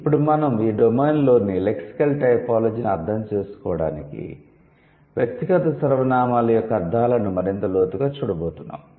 ఇప్పుడు మనం ఈ డొమైన్లోని లెక్సికల్ టైపోలాజీని అర్థం చేసుకోవడానికి వ్యక్తిగత సర్వనామాల యొక్క అర్ధాలను మరింత లోతుగా చూడబోతున్నాం